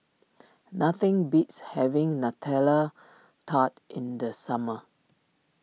nothing beats having Nutella Tart in the summer